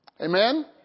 Amen